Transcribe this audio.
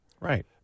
Right